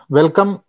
Welcome